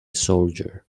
soldier